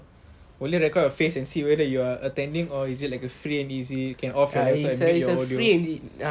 will they record your face and see whether you are attending or is it like a free and easy can off your laptop and mute your audio